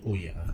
oh ya